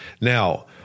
Now